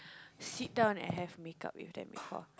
sit down and have makeup with them before